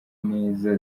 neza